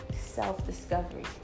Self-discovery